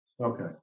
Okay